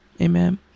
Amen